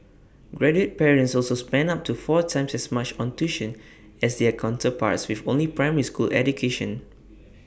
graduate parents also spent up to four times as much on tuition as their counterparts with only primary school education